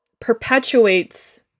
perpetuates